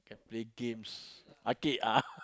they games arcade ah